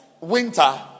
winter